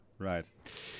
Right